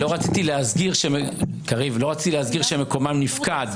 אני לא רציתי להסגיר שמקומם נפקד,